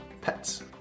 pets